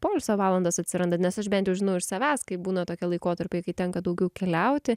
poilsio valandos atsiranda nes aš bent jau žinau iš savęs kai būna tokie laikotarpiai kai tenka daugiau keliauti